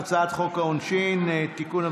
הצעת חוק העונשין (תיקון,